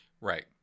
Right